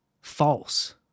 false